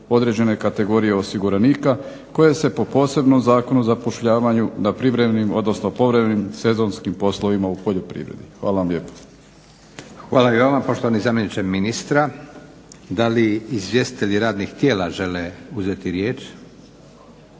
određene kategorije osiguranika koje se po posebnom Zakonu o zapošljavanju na privremenim, odnosno povremenim sezonskim poslovima u poljoprivredi. Hvala vam lijepa. **Leko, Josip (SDP)** Hvala i vama poštovani zamjeniče ministra. Da li izvjestitelji radnih tijela žele uzeti riječ.